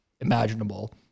imaginable